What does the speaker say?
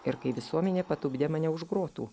ir kai visuomenė patupdė mane už grotų